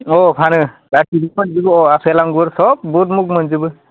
अ फानो गासिबो फानजोबो अ आफेल आंगुर सब बुध मुग मोनजोबो